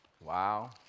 Wow